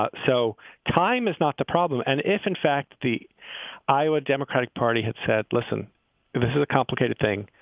ah so time is not the problem. and if, in fact, the iowa democratic party had said, listen, this is a complicated thing,